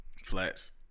Flats